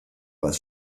bat